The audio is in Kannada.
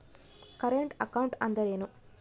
ಕರೆಂಟ್ ಅಕೌಂಟ್ ಅಂದರೇನು?